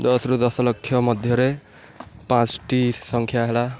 ଦଶରୁ ଦଶ ଲକ୍ଷ ମଧ୍ୟରେ ପାଞ୍ଚଟି ସଂଖ୍ୟା ହେଲା